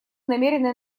намерены